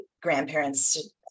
grandparents